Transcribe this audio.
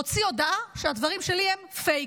הוציאה הודעה שהדברים שלי הם פייק.